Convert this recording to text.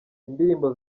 indirimbo